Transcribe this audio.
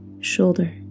shoulder